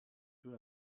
peu